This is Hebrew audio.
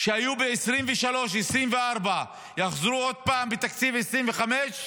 שהיו ב-2023 2024 יחזרו עוד פעם, בתקציב 2025?